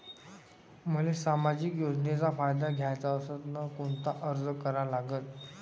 मले सामाजिक योजनेचा फायदा घ्याचा असन त कोनता अर्ज करा लागन?